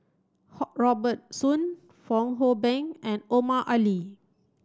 Robert Soon Fong Hoe Beng and Omar Ali